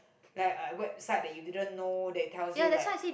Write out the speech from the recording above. like a a website that you didn't know that tells you like